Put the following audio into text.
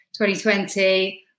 2020